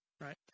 right